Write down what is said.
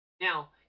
Now